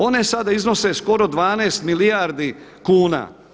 One sada iznose skoro 12 milijardi kuna.